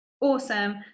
Awesome